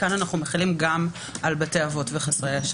כאן אנחנו מחילים גם על בתי אבות וחסרי ישע.